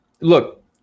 look